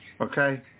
okay